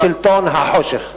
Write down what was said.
ושלטון החושך.